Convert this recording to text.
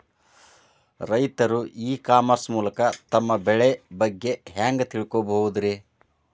ರೈತರು e commerce ಮೂಲಕ ತಮ್ಮ ಬೆಳಿ ಬಗ್ಗೆ ಹ್ಯಾಂಗ ತಿಳ್ಕೊಬಹುದ್ರೇ?